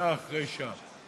שעה אחרי שעה.